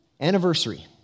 anniversary